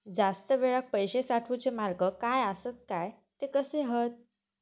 जास्त वेळाक पैशे साठवूचे काय मार्ग आसत काय ते कसे हत?